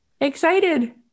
excited